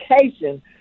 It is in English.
education